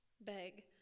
beg